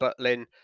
Butlin